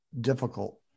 difficult